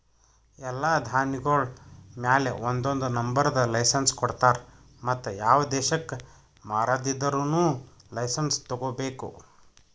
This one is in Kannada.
ಎಲ್ಲಾ ಧಾನ್ಯಗೊಳ್ ಮ್ಯಾಲ ಒಂದೊಂದು ನಂಬರದ್ ಲೈಸೆನ್ಸ್ ಕೊಡ್ತಾರ್ ಮತ್ತ ಯಾವ ದೇಶಕ್ ಮಾರಾದಿದ್ದರೂನು ಲೈಸೆನ್ಸ್ ತೋಗೊಬೇಕು